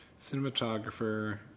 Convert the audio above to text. cinematographer